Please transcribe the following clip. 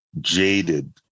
jaded